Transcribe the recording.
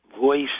voice